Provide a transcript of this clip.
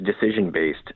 decision-based